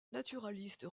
naturaliste